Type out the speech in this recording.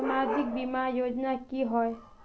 सामाजिक बीमा योजना की होय?